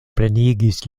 plenigis